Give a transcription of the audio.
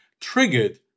triggered